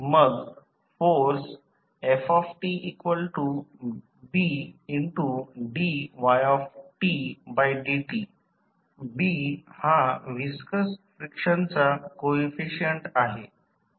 मग force ftBdydt Bहा viscous फ्रिक्शनचा कोइफिसिएंट आहे